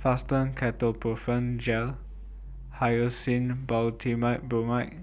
Fastum Ketoprofen Gel Hyoscine Butylbromide